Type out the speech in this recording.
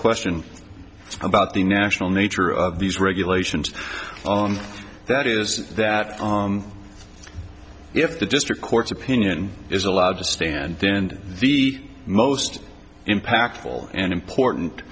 question about the national nature of these regulations on that is that if the district court's opinion is allowed to stand then the most impactful and important